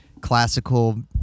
classical